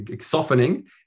softening